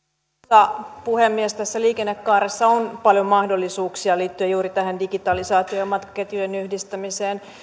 arvoisa puhemies tässä liikennekaaressa on paljon mahdollisuuksia liittyen juuri digitalisaatioon matkaketjujen yhdistämiseen